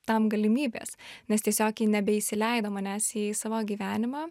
tam galimybės nes tiesiog ji nebeįsileido manęs į savo gyvenimą